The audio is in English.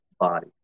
body